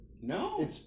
No